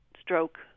stroke